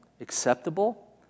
acceptable